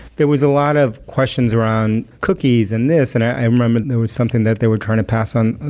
there was a lot of questions around cookies and this and i remember there was something that they were trying to pass on.